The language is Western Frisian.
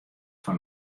fan